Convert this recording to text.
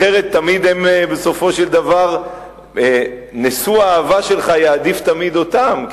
אחרת תמיד בסופו של דבר מושא האהבה שלך יעדיף אותם,